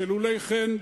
שלולא כן,